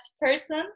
person